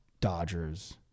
Dodgers